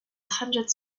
hundred